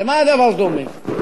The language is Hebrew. למה הדבר דומה?